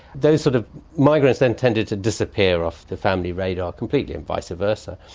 those sort of migrants then tended to disappear off the family radar completely, and vice versa,